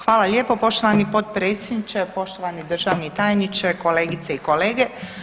Hvala lijepo poštovani potpredsjedniče, poštovani državni tajniče, kolegice i kolege.